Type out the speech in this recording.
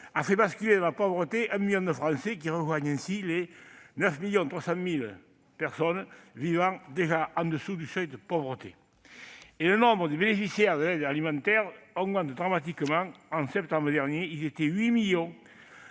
a fait basculer dans la pauvreté 1 million de Français, qui rejoignent ainsi les 9,3 millions de personnes vivant déjà au-dessous du seuil de pauvreté. Le nombre de bénéficiaires de l'aide alimentaire augmente dramatiquement : au mois de septembre dernier, ils étaient 8 millions,